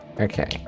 Okay